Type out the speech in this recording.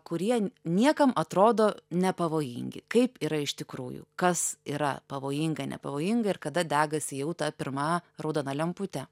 kurie niekam atrodo nepavojingi kaip yra iš tikrųjų kas yra pavojinga nepavojinga ir kada degasi jau ta pirma raudona lemputė